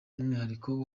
umwihariko